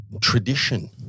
tradition